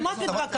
על מה את מתווכחת?